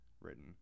written